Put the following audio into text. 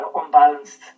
unbalanced